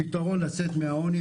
הפתרון לצאת מהעוני,